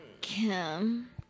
Kim